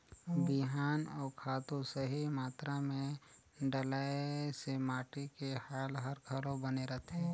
बिहान अउ खातू सही मातरा मे डलाए से माटी के हाल हर घलो बने रहथे